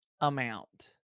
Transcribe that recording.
amount